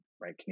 right